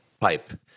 pipe